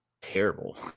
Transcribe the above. terrible